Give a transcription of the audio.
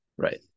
right